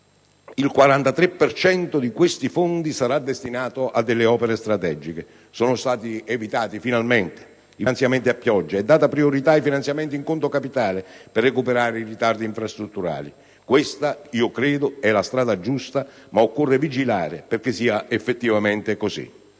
il 43 per cento sarà destinato ad opere strategiche. Sono stati evitati finalmente i finanziamenti a pioggia ed è stata data priorità ai finanziamenti in conto capitale, per recuperare i ritardi infrastrutturali. Questa - io credo - è la strada giusta, ma occorre vigilare perché sia effettivamente così.